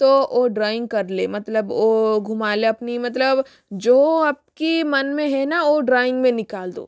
तो ओ ड्राइंग कर ले मतलब ओ घूमाले अपनी मतलब जो आपके मन में है ना ओ ड्राइंग में निकाल दो